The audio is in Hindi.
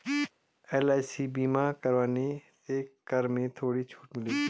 एल.आई.सी बीमा करवाने से कर में थोड़ी छूट मिलेगी